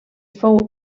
fou